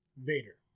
Vader